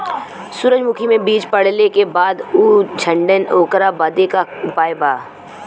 सुरजमुखी मे बीज पड़ले के बाद ऊ झंडेन ओकरा बदे का उपाय बा?